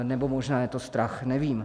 Nebo možná je to strach, nevím.